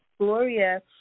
Gloria